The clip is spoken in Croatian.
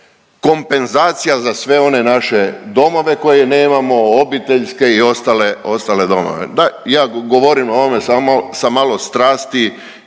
kompenzacija za sve one naše domove koje nemamo, obiteljske i ostale, ostale domove. Da, ja govorim o ovome samo sa malo strasti